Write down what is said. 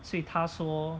所以他说